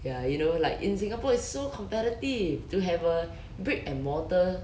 ya you know like in singapore it's so competitive to have a brick and mortar